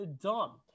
Dumb